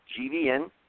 GVN